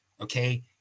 Okay